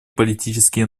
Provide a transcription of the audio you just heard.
политические